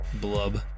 Blub